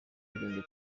ubwigenge